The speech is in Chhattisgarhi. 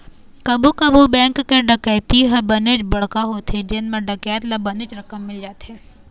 कभू कभू बेंक के डकैती ह बनेच बड़का होथे जेन म डकैत ल बनेच रकम मिल जाथे